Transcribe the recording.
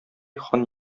хан